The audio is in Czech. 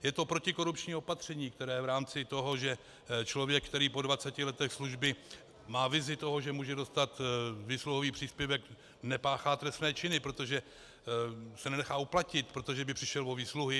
Je to protikorupční opatření, které v rámci toho, že člověk, který po dvaceti letech služby má vizi toho, že může dostat výsluhový příspěvek, nepáchá trestné činy, protože se nenechá uplatit, protože by přišel o výsluhy.